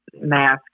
mask